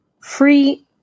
Free